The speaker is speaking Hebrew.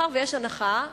מאחר שיש הנחה,